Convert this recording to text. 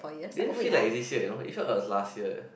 didn't feel like is this year you know it felt like it was last year eh